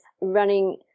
running